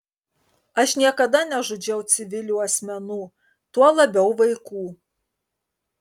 aš niekada nežudžiau civilių asmenų tuo labiau vaikų